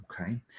okay